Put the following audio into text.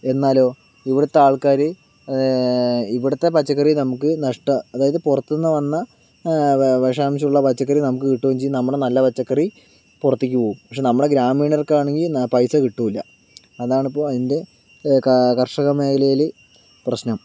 എന്നാലോ ഇവിടുത്തെ ആൾക്കാർ ഇവിടുത്തെ പച്ചക്കറി നമ്മുക്ക് നഷ്ടമാണ് അതായത് പുറത്തുനിന്ന് വന്ന വിഷാംശമുള്ള പച്ചക്കറി നമ്മുക്ക് കിട്ടുകയും ചെയ്യും നമ്മുടെ നല്ല പച്ചക്കറി പുറത്തേക്ക് പോവും പക്ഷേ നമ്മളുടെ ഗ്രാമീണർക്കാണെങ്കിൽ എന്നാൽ പൈസ കിട്ടുകയും ഇല്ല അതാണിപ്പോൾ അതിൻ്റെ കർഷക മേഖലയിൽ പ്രശ്നം